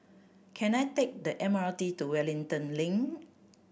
can I take the M R T to Wellington Link